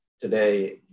today